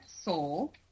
soul